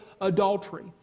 adultery